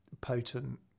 potent